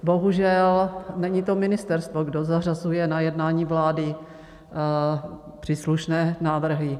Bohužel není to ministerstvo, kdo zařazuje na jednání vlády příslušné návrhy.